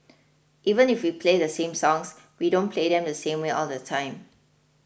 even if we play the same songs we don't play them the same way all the time